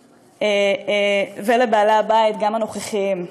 ולבעלי הבית, גם הנוכחיים.